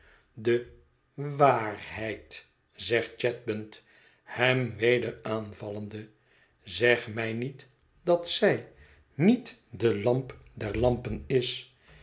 de wa a arheid zegt chadband hem weder aanvallende zeg mij niet dat zij niet de lamp der lampen is